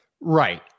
Right